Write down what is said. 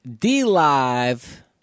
D-Live